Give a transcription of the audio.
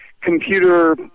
computer